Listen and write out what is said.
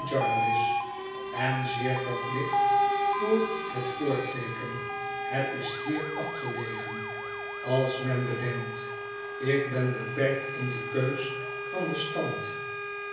en zeer verplicht voor het voorteeken het is hier afgelegen als men bedenkt ik ben beperkt in de keus van den stand